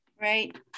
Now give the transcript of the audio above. Right